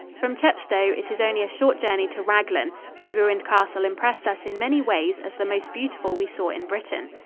from chepstow it is only a short journey to raglan, whose ruined castle impressed us in many ways as the most beautiful we saw in britain.